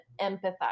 empathize